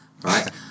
Right